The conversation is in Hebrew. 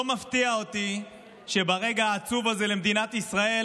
לא מפתיע אותי שברגע העצוב הזה למדינת ישראל